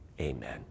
amen